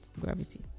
Gravity